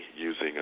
using